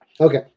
Okay